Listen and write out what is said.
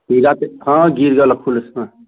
जाके हाँ गिर